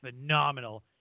phenomenal